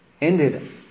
ended